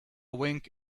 wink